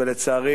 ולצערי